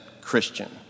Christian